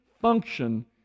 function